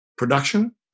production